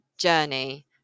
journey